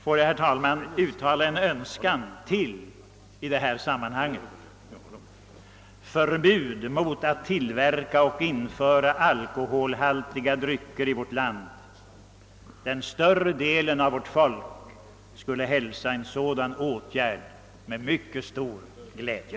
Får jag till sist, herr talman, uttala en önskan: förbud mot tillverkning och införsel av alkoholhaltiga drycker i vårt land. Större delen av vårt folk skulle hälsa en sådan åtgärd med mycket stor glädje.